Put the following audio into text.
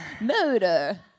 Murder